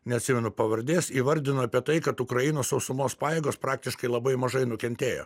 neatsimenu pavardės įvardino apie tai kad ukrainos sausumos pajėgos praktiškai labai mažai nukentėjo